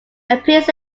appears